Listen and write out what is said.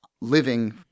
living